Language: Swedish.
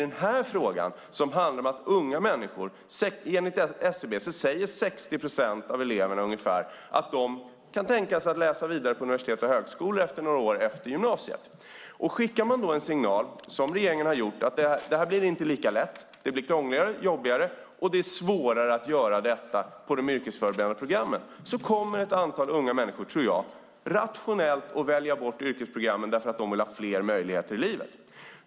Enligt SCB kan 60 procent av eleverna tänka sig att läsa vidare på universitet och högskola några år efter gymnasiet. Om det då skickas en signal, som regeringen har gjort, att det inte blir lika lätt utan krångligare, jobbigare och svårare att gå vidare efter de yrkesförberedande programmen kommer ett antal unga människor att rationellt välja bort yrkesprogrammen därför att de vill ha fler möjligheter i livet.